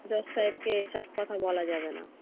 জজ সাহেবকে এসব কথা বলা যাবে না